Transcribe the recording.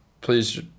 please